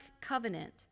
covenant